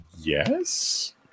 yes